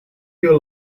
your